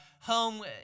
home